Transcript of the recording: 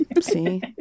see